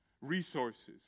resources